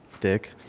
Dick